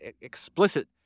explicit